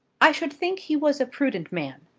i should think he was a prudent man.